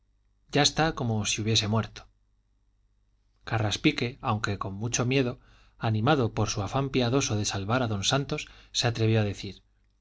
ya como si hubiese muerto carraspique aunque con mucho miedo animado por su afán piadoso de salvar a don santos se atrevió a decir